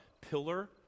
Pillar